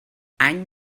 any